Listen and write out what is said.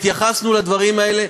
והתייחסנו לדברים האלה,